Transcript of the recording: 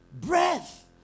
breath